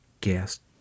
guest